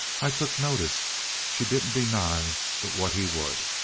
i took notice she didn't deny but what he would.